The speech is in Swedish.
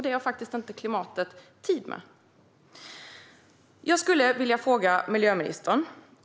Det har klimatet inte tid med. Jag vill ställa en fråga till miljöministern.